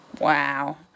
Wow